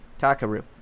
takaru